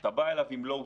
אתה בא אליו עם לאוטק.